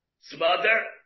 smother